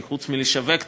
כי חוץ מלשווק תיירות,